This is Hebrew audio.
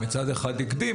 מצד אחד הקדים,